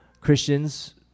Christians